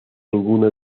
ninguno